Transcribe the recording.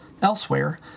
Elsewhere